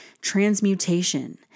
Transmutation